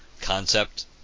concept